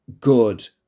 good